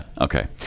okay